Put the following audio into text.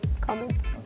comments